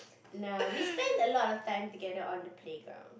now we spend a lot of time together on the playground